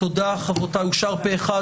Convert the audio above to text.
הצבעה אושר בכפוף לאישור ועדת הכנסת.